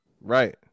Right